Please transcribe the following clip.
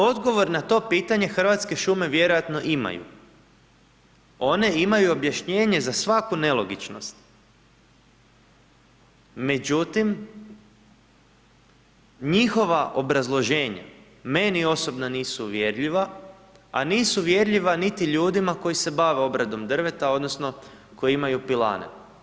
Odgovor na to pitanje Hrvatske šume vjerojatno imaju, one imaju objašnjenje za svaku nelogičnost, međutim njihova obrazloženja meni osobno nisu uvjerljiva, a nisu uvjerljiva niti ljudima koji se bave obradom drveta odnosno koji imaju pilane.